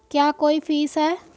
क्या कोई फीस है?